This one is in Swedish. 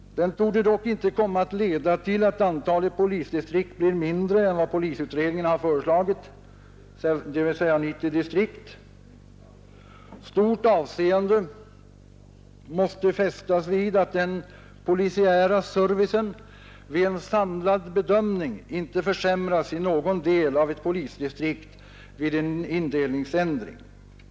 Den torde dock inte, heter det, komma att leda till att antalet polisdistrikt blir mindre än vad polisutredningen har föreslagit, dvs. 90 distrikt. Stort avseende måste fästas vid att den polisiära servicen vid en samlad bedömning inte försämras i någon del av ett polisdistrikt vid en indelningsändring, säger departementschefen.